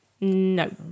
No